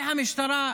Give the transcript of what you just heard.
והמשטרה,